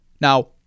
now